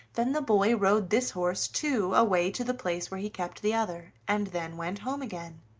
then the boy rode this horse, too, away to the place where he kept the other, and then went home again.